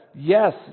Yes